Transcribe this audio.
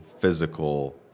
physical